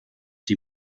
die